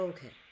Okay